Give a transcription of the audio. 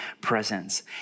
presence